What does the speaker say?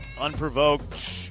unprovoked